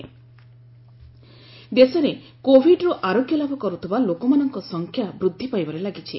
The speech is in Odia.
କୋବିଡ୍ ଷ୍ଟାଟସ୍ ଦେଶରେ କୋବିଡରୁ ଆରୋଗ୍ୟ ଲାଭ କରୁଥିବା ଲୋକମାନଙ୍କ ସଂଖ୍ୟା ବୃଦ୍ଧି ପାଇବାରେ ଲାଗିଛି